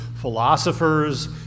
philosophers